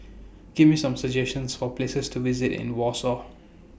Give Me Some suggestions For Places to visit in Warsaw